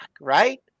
right